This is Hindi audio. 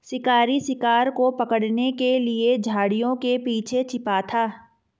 शिकारी शिकार को पकड़ने के लिए झाड़ियों के पीछे छिपा था